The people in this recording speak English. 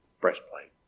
breastplate